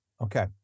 Okay